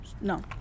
No